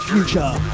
Future